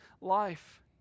life